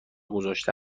گذاشته